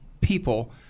people